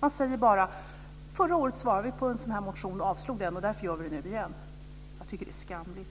Man säger bara att man svarade på en sådan motion förra året och avslog den och att man därför gör det nu igen. Jag tycker att det är skamligt.